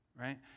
right